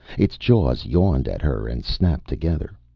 its jaws yawned at her and snapped together.